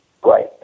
great